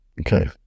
Okay